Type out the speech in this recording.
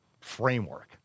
framework